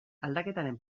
aldaketaren